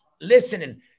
listening